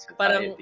parang